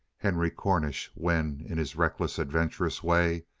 henry cornish, when, in his reckless, adventurous way,